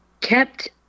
kept